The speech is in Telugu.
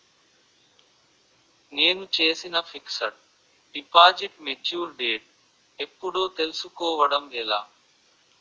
నేను చేసిన ఫిక్సడ్ డిపాజిట్ మెచ్యూర్ డేట్ ఎప్పుడో తెల్సుకోవడం ఎలా?